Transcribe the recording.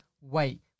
Wait